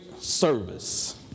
service